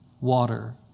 water